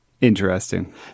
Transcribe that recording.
Interesting